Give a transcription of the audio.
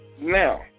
Now